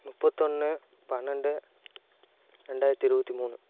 முப்பத்தொன்னு பன்னெண்டு ரெண்டாயிரத்தி இருபத்தி மூணு